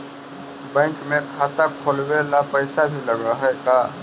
Bank में खाता खोलाबे ल पैसा भी लग है का?